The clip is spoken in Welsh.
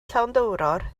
llanddowror